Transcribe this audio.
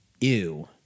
ew